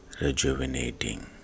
rejuvenating